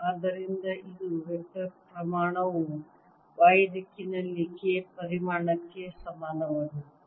ಆದ್ದರಿಂದ ಇದು ವೆಕ್ಟರ್ ಪ್ರಮಾಣವು y ದಿಕ್ಕಿನಲ್ಲಿ K ಪರಿಮಾಣಕ್ಕೆ ಸಮಾನವಾಗಿರುತ್ತದೆ